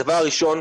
הדבר הראשון,